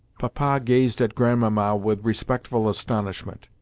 papa gazed at grandmamma with respectful astonishment.